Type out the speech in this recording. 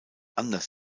anders